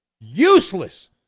useless